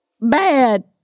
bad